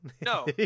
No